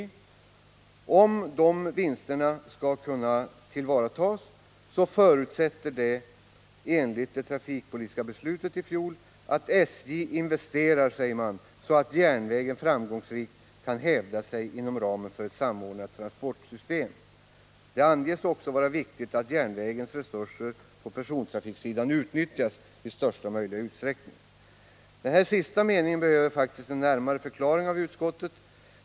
Utskottet säger vidare med hänvisning till fjolårets trafikpolitiska beslut: ”Detta förutsätter enligt beslutet bl.a. att SJ investerar så att järnvägen framgångsrikt kan hävda sig inom ramen för ett samordnat transportsystem. Det anges också vara viktigt att järnvägens resurser på persontrafiksidan utnyttjas i största möjliga utsträckning.” Den sista meningen behöver en närmare förklaring av utskottet.